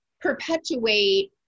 perpetuate